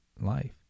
Life